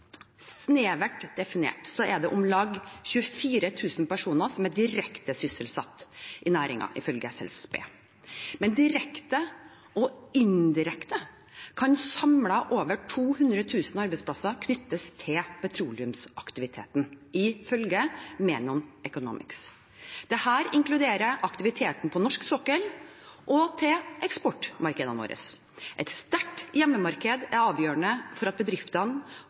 Snevert definert er det om lag 24 000 personer som er direkte sysselsatt i næringen, ifølge SSB, men direkte og indirekte kan samlet over 200 000 arbeidsplasser knyttes til petroleumsaktiviteten, ifølge Menon Economics. Dette inkluderer aktiviteten på norsk sokkel og til eksportmarkedene våre. Et sterkt hjemmemarked er avgjørende for at bedriftene